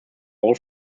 all